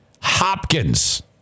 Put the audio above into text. Hopkins